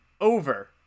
over